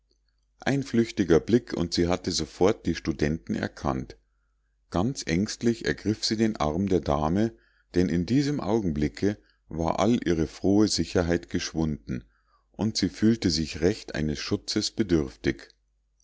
ein flüchtiger blick und sie hatte sofort die studenten erkannt ganz ängstlich ergriff sie den arm der dame denn in diesem augenblick war all ihre frohe sicherheit geschwunden und sie fühlte sich recht eines schutzes bedürftig